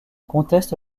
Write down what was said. conteste